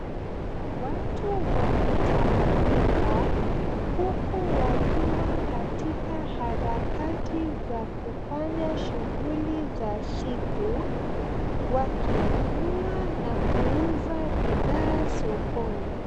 Watu wametawanyika, huku wakiwa katika harakati za kufanya shughuli za siku, wakinunua na kuuza bidhaa sokoni.